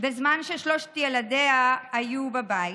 בזמן ששלושת ילדיה היו בבית